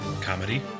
comedy